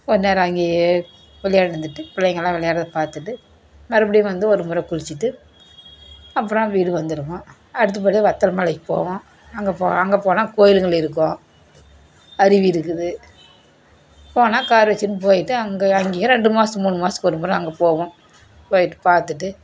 கொஞ்சம் நேரம் அங்கேயே விளையாண்டுட்டு பிள்ளைங்கெல்லாம் விளையாடுறத பார்த்துட்டு மறுபடியும் வந்து ஒரு முறை குளித்துட்டு அப்புறம் வீடு வந்துடுவோம் அடுத்தபடியாக வத்தல் மலைக்கு போவோம் அங்கே போ அங்கே போனால் கோயில்கள் இருக்கும் அருவி இருக்குது போனால் கார் வச்சுன்னு போயிட்டு அங்கே அங்கேயே ரெண்டு மாதத்துக்கு மூணு மாதத்துக்கு ஒரு முறை அங்கே போவோம் போயிட்டு பார்த்துட்டு